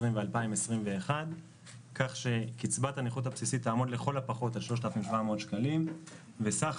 ו-2021 כך שקצבת הנכות הבסיסית תעמוד לכל הפחות על 3,700 שקלים וסך